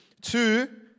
two